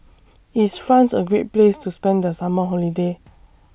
IS France A Great Place to spend The Summer Holiday